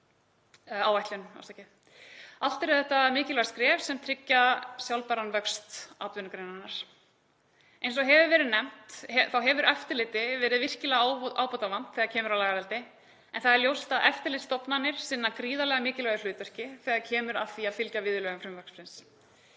Allt eru þetta mikilvæg skref sem tryggja sjálfbæran vöxt atvinnugreinarinnar. Eins og hefur verið nefnt hefur eftirliti verið virkilega ábótavant þegar kemur að lagareldi en það er ljóst að eftirlitsstofnanir sinna gríðarlega mikilvægu hlutverki þegar kemur að því að fylgja viðurlögum frumvarpsins.